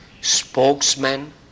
spokesman